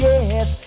Yes